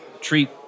treat